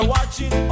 Watching